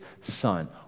Son